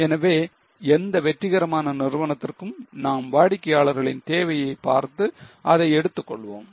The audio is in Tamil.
எனவே எந்த வெற்றிகரமான நிறுவனத்திற்கும் நாம் வாடிக்கையாளர்களின் தேவையை பார்த்து அதை எடுத்துக் கொள்வோம்